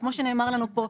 כמו שנאמר לנו כאן,